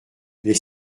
les